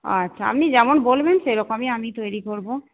আচ্ছা আপনি যেমন বলবেন সেরকমই আমি তৈরি করব